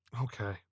Okay